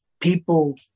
people